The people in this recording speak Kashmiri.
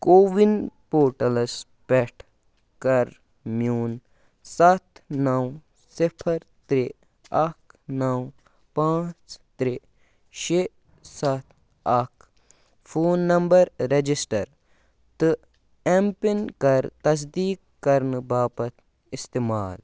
کووِن پوٹَلَس پٮ۪ٹھ کر میون سَتھ نَو صِفر ترٛےٚ اَکھ نَو پانٛژھ ترٛےٚ شےٚ سَتھ اَکھ فون نمبر رٮ۪جِسٹَر تہٕ اٮ۪م پِن کر تصدیٖق کرنہٕ باپَتھ اِستعمال